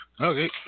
Okay